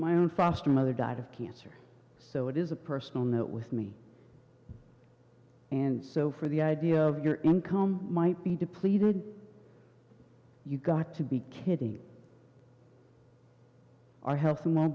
my own foster mother died of cancer so it is a personal note with me and so for the idea of your income might be depleted you've got to be kidding our he